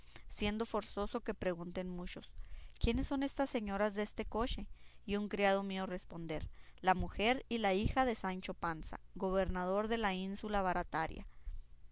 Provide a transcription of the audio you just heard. siendo forzoso que pregunten muchos quién son estas señoras deste coche y un criado mío responder la mujer y la hija de sancho panza gobernador de la ínsula barataria